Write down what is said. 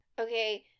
Okay